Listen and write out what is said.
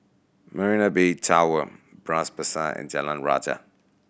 Marina Bay Tower Bras Basah and Jalan Rajah